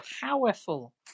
powerful